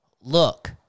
look